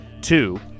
two